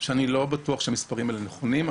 שאני לא בטוח שהמספרים האלה נכונים,